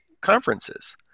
conferences